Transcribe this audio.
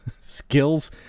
skills